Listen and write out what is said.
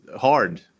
hard